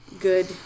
good